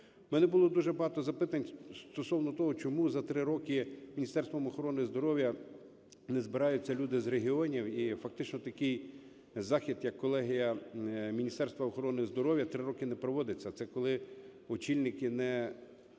У мене було дуже багато запитань стосовно того, чому за 3 роки Міністерством охорони здоров'я не збираються люди з регіонів і фактично такий захід, як колегія Міністерства охорони здоров'я, 3 роки не проводиться. Це коли очільники не слухають